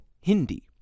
Hindi